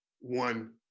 one